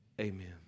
Amen